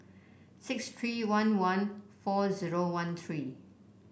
six three one one four zero one three